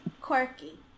quirky